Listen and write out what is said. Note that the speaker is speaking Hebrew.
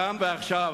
כאן ועכשיו,